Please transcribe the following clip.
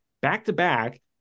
back-to-back